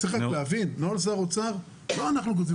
צריך רק להבין שאת נוהל שר האוצר לא אנחנו כותבים.